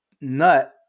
nut